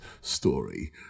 story